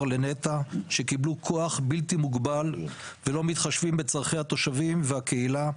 לנת"ע שקיבלו כוח בלתי מוגבל ולא מתחשבים בצרכי התושבים והקהילה.